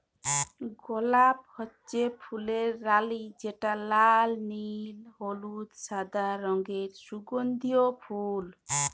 গলাপ হচ্যে ফুলের রালি যেটা লাল, নীল, হলুদ, সাদা রঙের সুগন্ধিও ফুল